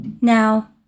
now